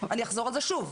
אני אחזור על זה שוב.